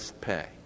pay